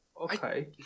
okay